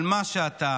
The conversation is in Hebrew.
על מה שאתה,